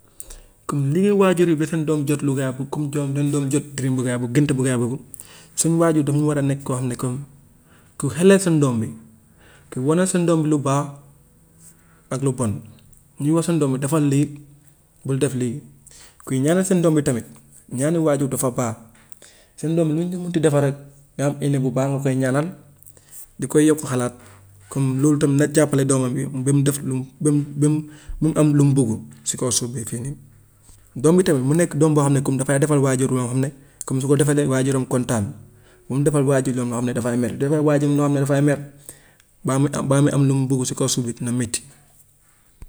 Comme liggéeyu waajur yi ba seen doom jot lu ngay bugg ku comme doom seen doom jot dream bu ngay bugg gént bu ngay bugg, seen waajur dafa war a nekk koo xam ne comme ku xelal seen doom bi, ku wanal seen doom bi lu baax ak lu bon, muy wax seen doom bi defal lii, bul def lii, kuy ñaanal seen doom bi tamit. Ñaanu waajur dafa baax, seen doom bi lu mu ko mun ti defal rek ngay am éene bu baax nga koy ñaanal, di koy yokk xalaat comme loolu tamit na jàppale doomam bi ba mu def lu mu ba mu ba mu ba mu am lu mu buggu si kaw suuf bi fii nii. Doom bi tamit mu nekk doom boo xam ne comme dafay defal waajur loo xam ne comme su ko defalee waajuram kontaan, bu mu defal waajur loo nga xam ne dafay mer, defal waajur loo xam ne dafay mer baa muy am, baa muy am lu mu buggu si kaw suuf bi dina metti.